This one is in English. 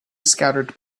scattered